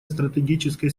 стратегической